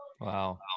Wow